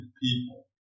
people